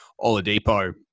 Oladipo